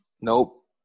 Nope